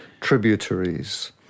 tributaries